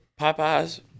Popeye's